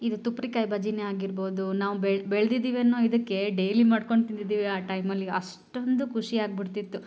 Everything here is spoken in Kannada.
ಇದು ತುಪ್ರಿಕಾಯ್ ಬಜ್ಜಿನೇ ಆಗಿರ್ಬೋದು ನಾವು ಬೆಳೆ ಬೆಳ್ದಿದ್ದೀವಿ ಅನ್ನೋ ಇದಕ್ಕೆ ಡೈಲಿ ಮಾಡ್ಕೊಂಡು ತಿಂದಿದ್ದೀ ಆ ಟೈಮಲ್ಲಿ ಅಷ್ಟೊಂದು ಖುಷಿ ಆಗಿಬಿಡ್ತಿತ್ತು